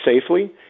safely